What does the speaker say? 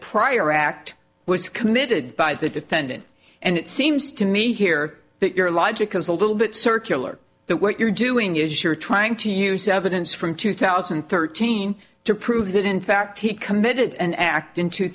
prior act was committed by the defendant and it seems to me here that your logic is a little bit circular that what you're doing is you're trying to use evidence from two thousand and thirteen to prove that in fact he committed an act in two